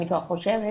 אני גם חושבת